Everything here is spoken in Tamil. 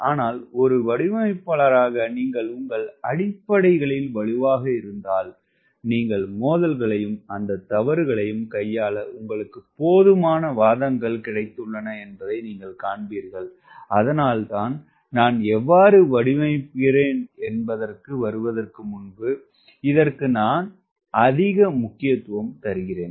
ஆனால் ஒரு வடிவமைப்பாளராக நீங்கள் உங்கள் அடிப்படைகளில் வலுவாக இருந்தால் அந்த மோதல்களையும் அந்த தவறுகளையும் கையாள உங்களுக்கு போதுமான வாதங்கள் கிடைத்துள்ளன என்பதை நீங்கள் காண்பீர்கள் அதனால்தான் நான் எவ்வாறு வடிவமைக்கிறேன் என்பதற்கு வருவதற்கு முன்பு இதற்கு நான் அதிக முக்கியத்துவம் தருகிறேன்